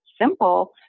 simple